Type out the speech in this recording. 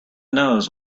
knows